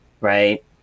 right